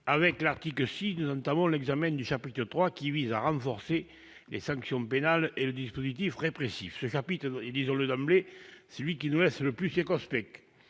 Avec l'article 6, nous entamons l'examen du chapitre III de la proposition de loi qui renforce les sanctions pénales et le dispositif répressif. Ce chapitre, disons-le d'emblée, est celui qui nous laisse le plus circonspects.